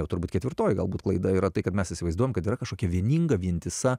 jau turbūt ketvirtoje galbūt klaida yra tai kad mes įsivaizduojam kad yra kažkokia vieninga vientisa